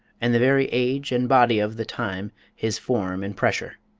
and the very age and body of the time his form and pressure.